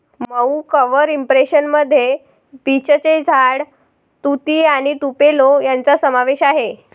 मऊ cover impression मध्ये बीचचे झाड, तुती आणि तुपेलो यांचा समावेश आहे